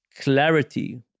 clarity